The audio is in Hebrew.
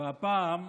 והפעם: